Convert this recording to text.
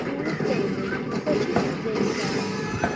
तूं चवळी कशी शिजयता